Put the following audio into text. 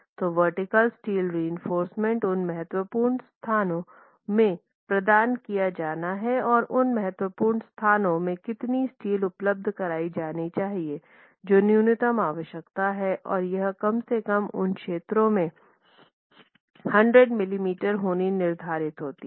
तो vertical steel reinforcement उन महत्वपूर्ण स्थानों में प्रदान किया जाना है और उन महत्वपूर्ण स्थानों में कितनी स्टील उपलब्ध कराई जानी चाहिए जो न्यूनतम आवश्यकता है और यह कम से कम उन क्षेत्रों में 100 मिमी 2 होना निर्धारित है